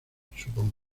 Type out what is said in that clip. supongo